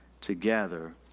together